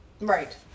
Right